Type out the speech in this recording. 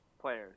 players